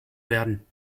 werden